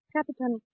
Captain